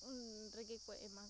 ᱩᱱᱨᱮᱜᱮᱠᱚ ᱮᱢᱟ